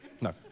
No